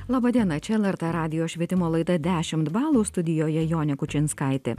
laba diena čia lrt radijo švietimo laida dešimt balų studijoje jonė kučinskaitė